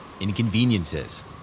inconveniences